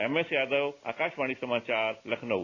MS Yadav Akashvani समाचार लखनऊ